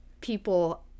people